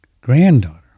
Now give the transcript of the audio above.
granddaughter